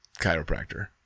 chiropractor